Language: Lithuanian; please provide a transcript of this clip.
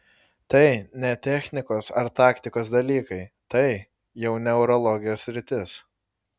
tai ne technikos ar taktikos dalykai tai jau neurologijos sritis